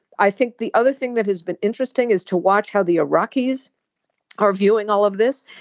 i think the other thing that has been interesting is to watch how the iraqis are viewing all of this.